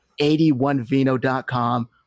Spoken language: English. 81vino.com